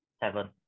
seven